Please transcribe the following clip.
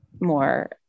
more